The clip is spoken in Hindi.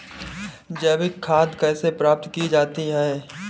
जैविक खाद कैसे प्राप्त की जाती है?